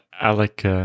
Alec